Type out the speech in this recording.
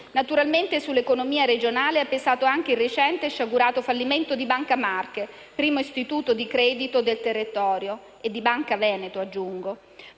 Naturalmente, sull'economia regionale ha pesato anche il recente, sciagurato fallimento di Banca Marche, primo istituto di credito del territorio, e di Banca Veneto, aggiungo.